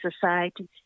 society